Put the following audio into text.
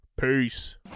Peace